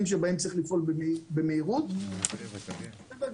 במקרים שבהם אפשר לפעול במהירות, בסדר גמור.